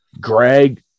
Greg